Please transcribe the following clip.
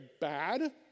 bad